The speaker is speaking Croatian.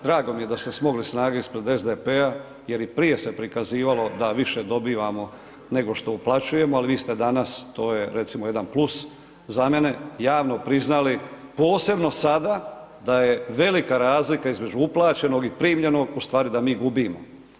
Drago mi je da ste smogli snage ispred SDP-a jer i prije se prikazivalo da više dobivamo, nego što uplaćujemo, ali vi ste danas, to je recimo jedan plus za mene, javno priznali posebno sada da je velika razlika između uplaćenog i primljenog, u stvari da mi gubimo.